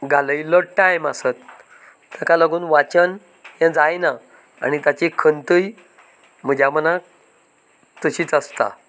घालयल्लो time आसत ताका लागून वाचन हें जायना आनी ताची खंतूय म्हज्या मनान तशीच आसता